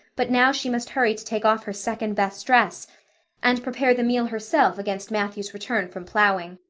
but now she must hurry to take off her second-best dress and prepare the meal herself against matthew's return from plowing.